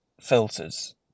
filters